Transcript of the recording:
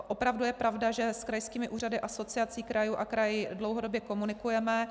Opravdu je pravda, že s krajskými úřady, Asociací krajů a kraji dlouhodobě komunikujeme.